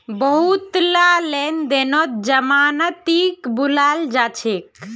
बहुतला लेन देनत जमानतीक बुलाल जा छेक